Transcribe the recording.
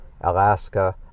Alaska